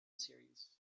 series